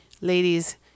ladies